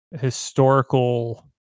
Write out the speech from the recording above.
historical